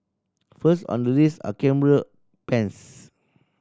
first on the list are camera pens